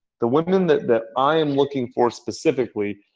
the women that that i am looking for specifically,